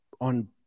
on